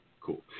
cool